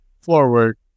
forward